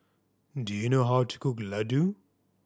do you know how to cook Ladoo